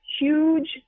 huge